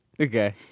Okay